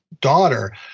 daughter